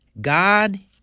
God